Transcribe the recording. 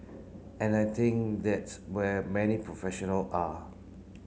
and I think that's where many professional are